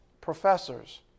professors